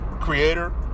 creator